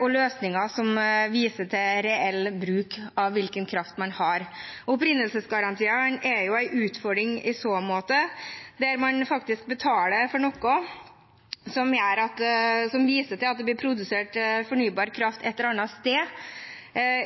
og løsninger som viser til reell bruk av den kraften man har. Opprinnelsesgarantiene er en utfordring i så måte, der man faktisk betaler for noe som viser til at det blir produsert fornybar kraft et eller annet sted,